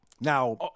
Now